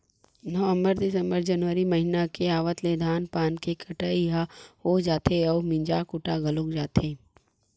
नवंबर, दिंसबर, जनवरी महिना के आवत ले धान पान के कटई ह हो जाथे अउ मिंजा कुटा घलोक जाथे